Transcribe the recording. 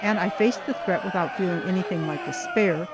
and i faced the threat without feeling anything like despair